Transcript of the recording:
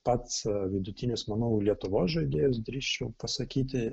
pats vidutinis manau lietuvos žaidėjas drįsčiau pasakyti